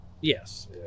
Yes